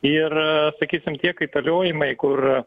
ir sakysim tie kaitaliojimai kur